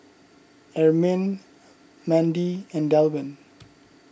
Ermine Mandi and Delwin